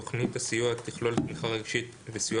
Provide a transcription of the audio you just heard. תוכנית הסיוע תכלול תמיכה רגשית וסיוע